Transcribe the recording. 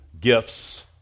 gifts